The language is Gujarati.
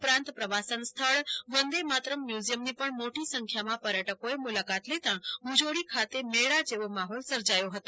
ઉપરાંત પ્રવાસન સ્થળ વંદેમાતરમ મ્યુઝીયમની પણ મોટી સંખ્યામાં પર્યટકોએ મુલાકાત લેતાં ભુજોડી ખાતે મેળા જેવો માહોલ સર્જાયો હતો